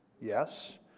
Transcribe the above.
Yes